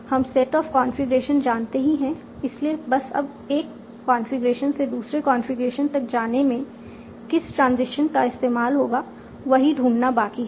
हम set of configuration जानते ही हैं इसीलिए बस अब एक कॉन्फ़िगरेशन से दूसरे कॉन्फ़िगरेशन तक जाने में किस ट्रांजिशन का इस्तेमाल होगा वही ढूंढना बाकी है